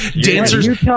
Dancers